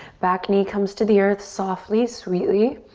back knee comes to the earth softly, sweetly.